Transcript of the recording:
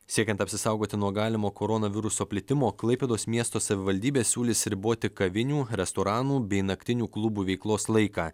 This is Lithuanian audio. siekiant apsisaugoti nuo galimo koronaviruso plitimo klaipėdos miesto savivaldybė siūlys riboti kavinių restoranų bei naktinių klubų veiklos laiką